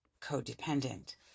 codependent